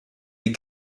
est